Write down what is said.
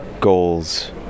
goals